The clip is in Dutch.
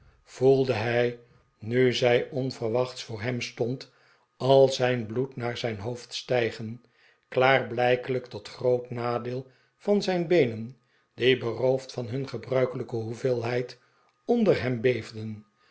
voelde hij nu zij onverwachts voor hem stond al zijn bloed naar zijn hoofd stijgen klaarblijkelijk tot groot nadeel van zijn beenen die beroofd van hun gebruikelijke hoeveelheid onder hem